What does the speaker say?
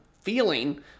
feeling